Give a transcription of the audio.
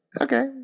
okay